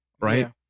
Right